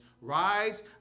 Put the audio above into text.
Rise